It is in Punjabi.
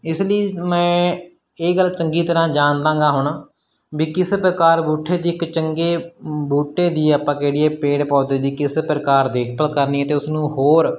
ਇਸ ਲਈ ਮੈਂ ਇਹ ਗੱਲ ਚੰਗੀ ਤਰ੍ਹਾਂ ਜਾਣਦਾ ਗਾ ਹੁਣ ਵੀ ਕਿਸ ਪ੍ਰਕਾਰ ਬੂਟੇ ਦੀ ਇੱਕ ਚੰਗੇ ਬੂਟੇ ਦੀ ਆਪਾਂ ਕਹਿ ਦਈਏ ਪੇੜ ਪੌਦੇ ਦੀ ਕਿਸ ਪ੍ਰਕਾਰ ਦੇਖਭਾਲ ਕਰਨੀ ਹੈ ਅਤੇ ਉਸਨੂੰ ਹੋਰ